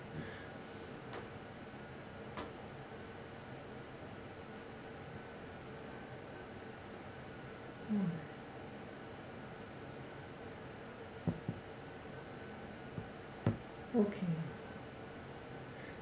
mm okay